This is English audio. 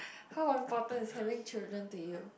how important is having children to you